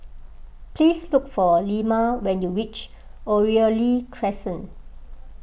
please look for Ilma when you reach Oriole Crescent